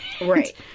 Right